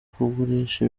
kugurisha